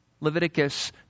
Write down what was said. Leviticus